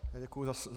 Děkuji za slovo.